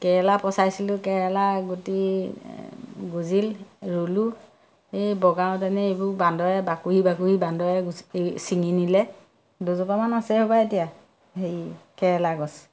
কেৰেলা পচাইছিলোঁ কেৰেলা গুটি গুজিল ৰুলোঁ এই বগাওতে এইবোৰ বান্দৰে বাকুহি বাকুহি বান্দৰে গুটি ছিঙি নিলে দুজোপামান আছে হ'বলা এতিয়া হেৰি কেৰেলা গছ